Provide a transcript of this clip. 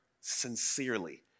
sincerely